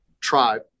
tribe